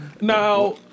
Now